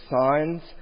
Signs